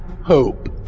Hope